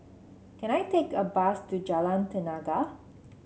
can I take a bus to Jalan Tenaga